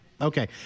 Okay